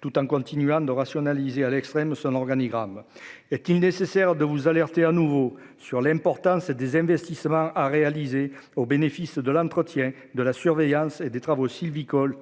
tout en continuant de rationaliser à l'extrême son organigramme est-il nécessaire de vous alerter à nouveau sur l'importance des investissements à réaliser au bénéfice de l'entretien de la surveillance et des travaux sylvicoles